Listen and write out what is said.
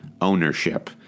ownership